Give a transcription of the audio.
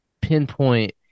pinpoint